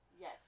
Yes